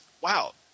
Wow